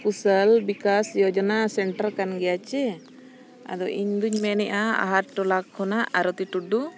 ᱠᱳᱣᱥᱚᱞ Vikas Yojana centre ᱠᱟᱱ ᱜᱮᱭᱟ ᱪᱮ ᱟᱫᱚ ᱤᱧᱫᱚᱧ ᱢᱮᱱᱮᱫᱼᱟ ᱟᱦᱟᱨ ᱴᱚᱞᱟᱠ ᱠᱷᱚᱱᱟᱜ ᱟᱨᱚᱛᱤ ᱴᱩᱰᱩ